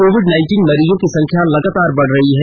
Covid मरीजों की संख्या लगातार बढ़ रही है